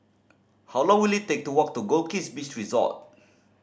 how long will it take to walk to Goldkist Beach Resort